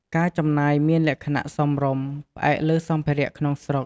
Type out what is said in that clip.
ការចំណាយមានលក្ខណៈសមរម្យ ផ្អែកលើសម្ភារៈក្នុងស្រុក។